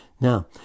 Now